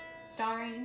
Starring